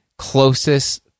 closest